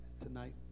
tonight